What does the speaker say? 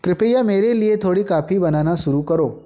कृपया मेरे लिए थोड़ी काफी बनाना शुरू करो